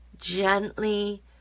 gently